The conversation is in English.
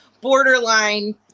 borderline